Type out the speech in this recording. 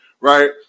Right